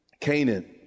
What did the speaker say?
Canaan